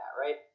right